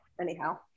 anyhow